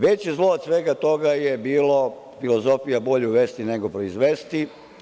Veće zlo od svega toga je bila filozofija – bolje uvesti, nego proizvesti.